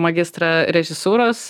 magistrą režisūros